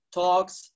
talks